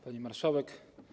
Pani Marszałek!